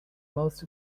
most